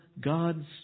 God's